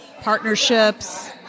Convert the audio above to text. Partnerships